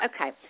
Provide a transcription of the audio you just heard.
Okay